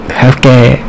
healthcare